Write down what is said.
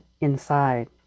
inside